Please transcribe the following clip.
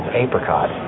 apricot